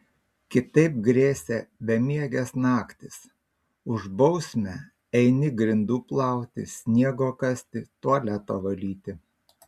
kitaip grėsė bemiegės naktys už bausmę eini grindų plauti sniego kasti tualeto valyti